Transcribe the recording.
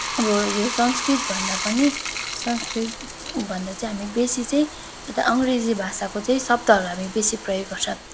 अब यो संस्कृत भन्दा पनि संस्कृत भन्दा चाहिँ हामी बेसी चाहिँ यता अङ्ग्रेजी भाषाको चाहिँ शब्दहरूलाई हामी बेसी प्रयोग गर्छौँ